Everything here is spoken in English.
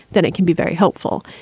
then it can be very helpful.